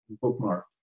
bookmark